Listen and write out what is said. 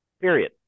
period